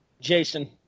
Jason